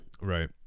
Right